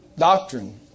Doctrine